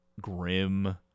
grim